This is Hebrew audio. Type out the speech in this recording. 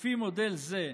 לפי מודל זה,